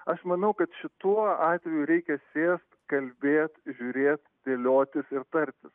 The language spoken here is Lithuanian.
aš manau kad šituo atveju reikia sėst kalbėt žiūrėt dėliotis ir tartis